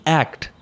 act